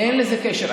אין לזה קשר.